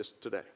today